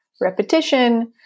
repetition